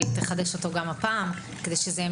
היא תחדש אותו גם הפעם כדי שזה יהיה